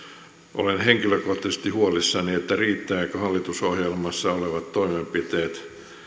olen henkilökohtaisesti huolissani riittävätkö hallitusohjelmassa olevat toimenpiteet